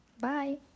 bye